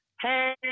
hey